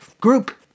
group